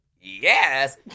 Yes